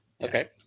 Okay